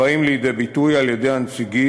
הבאים לידי ביטוי על-ידי הנציגים,